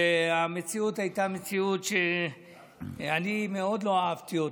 והמציאות הייתה מציאות שאני מאוד לא אהבתי,